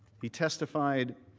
he testified